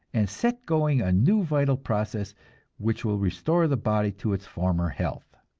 and set going a new vital process which will restore the body to its former health.